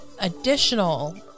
additional